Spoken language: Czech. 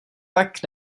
tak